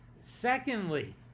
Secondly